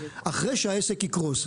אחרי שהעסק יקרוס,